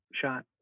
shot